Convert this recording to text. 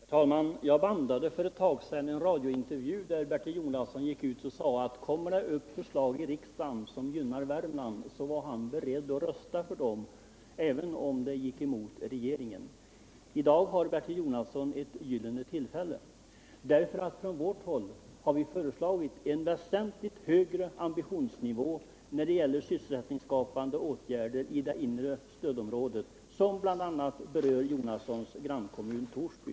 Herr talman! Jag bandade för ett tag sedan en radiointervju, där Bertil Jonasson sade att han, om det i riksdagen kom upp förslag som skulle gynna Värmland, var beredd att rösta på dem, även om de gick emot regeringen. I dag har Bertil Jonasson ett gyllene tillfälle. Vi har nämligen föreslagit en väsentligt högre ambitionsnivå när det gäller sysselsättningsskapande åtgärder i det inre stödområdet, som bl.a. berör Bertil Jonassons grannkommun Torsby.